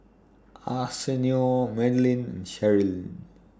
Arsenio Madelynn Cherilyn